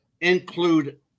include